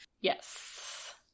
Yes